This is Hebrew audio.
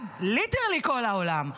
ליטרלי כל העולם,